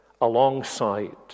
alongside